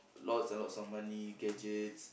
lots and lots of money gadgets